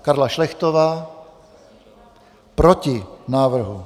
Karla Šlechtová: Proti návrhu.